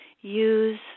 use